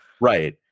Right